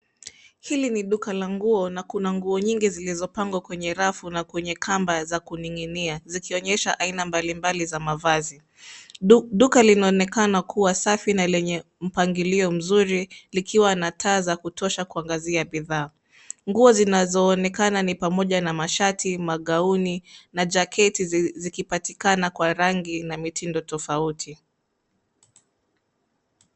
Hili ni duka la nguo na nguo nyingi zilizopangwa kwenye rafu na kwenye kamba za kuning'inia zikionyesha aina mbalimbali za mavazi. Duka linaonekana kuwa safi na lenye mpangilio mzuri likiwa na taa za kutosha kuangazia bidhaa. Nguo zinazoonekana ni pamoja na mashati, magauni na jaketi zikipatikana kwa rangi na mitindo tofauti.